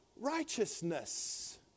Righteousness